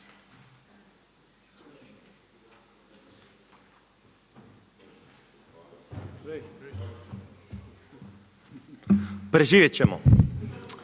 Preživjeti ćemo,